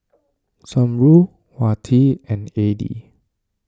Zamrud Wati and Adi